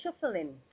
shuffling